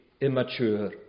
immature